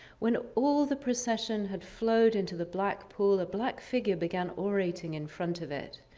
when all the procession had flowed into the black pool, a black figure began ah orating in front of it.